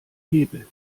hebel